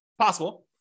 possible